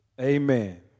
Amen